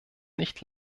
nicht